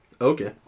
okay